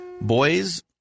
Boys